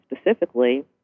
specifically